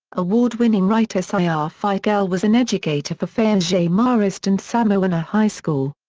award winning writer sia figiel was an educator for fa'asao-marist and samoana high school.